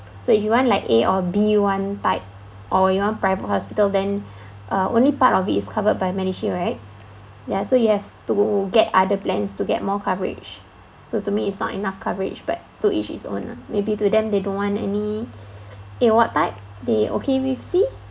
so if you want like A or B one type or you know private hospital then uh only part of it is covered by MediShield right ya so you have to get other plans to get more coverage so to me it's not enough coverage but to each is own lah maybe to them they don't want any eh what type they okay with C